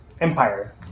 Empire